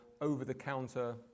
over-the-counter